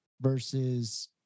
versus